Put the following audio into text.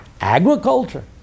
agriculture